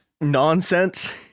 nonsense